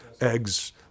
eggs